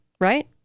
right